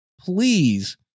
please